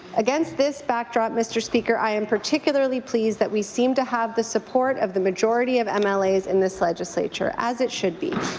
against this backdrop, mr. speaker, i am particularly pleased that we seem to have the support of the majority of mlas ah like in this legislature, as it should be.